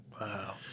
Wow